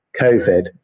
COVID